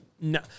No